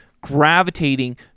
gravitating